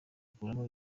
akuramo